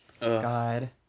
God